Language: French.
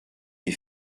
des